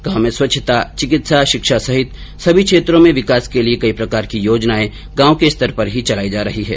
गांव में स्वच्छता चिकित्सा शिक्षा सहित सभी क्षेत्रों में विकास के लिये कई प्रकार की योजनाएं गांव के स्तर पर ही चलाई जा रही है